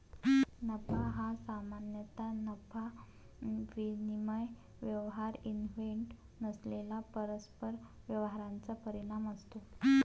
नफा हा सामान्यतः नफा विनिमय व्यवहार इव्हेंट नसलेल्या परस्पर व्यवहारांचा परिणाम असतो